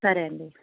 సరే అండి